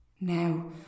Now